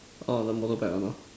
oh then don't go back one lor